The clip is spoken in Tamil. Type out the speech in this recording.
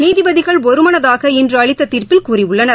நீதிபதிகள் ஒருமனதாக இன்று அளித்த தீர்ப்பில் கூறியுள்ளனர்